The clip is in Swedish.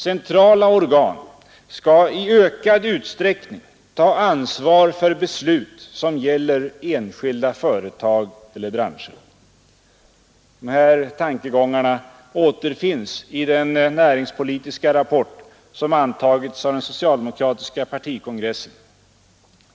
Centrala organ skall i ökad utsträckning ta ansvar för beslut som gäller enskilda företag eller branscher. Dessa tankegångar återfinns i den näringspolitiska rapport som antagits av den socialdemokratiska partikongressen.